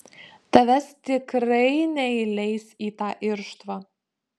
tavęs tikrai neįleis į tą irštvą